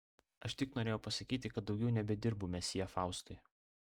aš tik norėjau pasakyti kad daugiau nebedirbu mesjė faustui